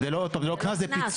זה לא קנס, זה פיצוי.